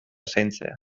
zaintzea